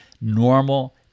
normal